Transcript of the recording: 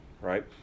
right